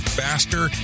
faster